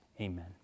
Amen